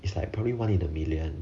it's like probably one in a million